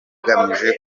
bugamije